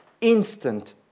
instant